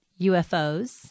UFOs